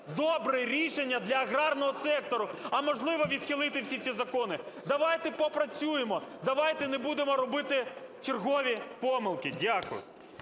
добре рішення для аграрного сектору. А, можливо, відхилити всі ці закони. Давайте попрацюємо. Давайте не будемо робити чергові помилки. Дякую.